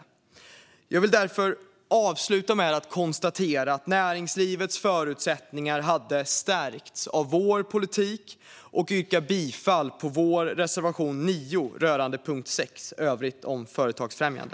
Jag vill därför avsluta med att konstatera att näringslivets förutsättningar hade stärkts av vår politik. Jag yrkar bifall till vår reservation nummer 9 under punkt 6, Övrigt om företagsfrämjande.